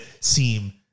seem